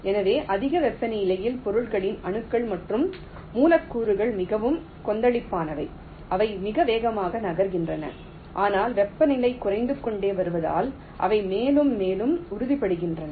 எனவே அதிக வெப்பநிலையில் பொருள்களின் அணுக்கள் மற்றும் மூலக்கூறுகள் மிகவும் கொந்தளிப்பானவை அவை மிக வேகமாக நகர்கின்றன ஆனால் வெப்பநிலை குறைந்து கொண்டே வருவதால் அவை மேலும் மேலும் உறுதிப்படுத்தப்படுகின்றன